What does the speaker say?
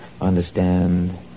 Understand